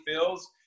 feels